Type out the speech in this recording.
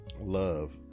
Love